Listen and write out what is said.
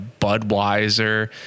Budweiser